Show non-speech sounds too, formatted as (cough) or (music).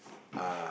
(breath)